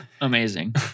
Amazing